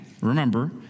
remember